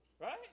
Right